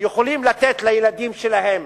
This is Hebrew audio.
יכולים לתת לילדים שלהם